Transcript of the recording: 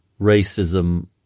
racism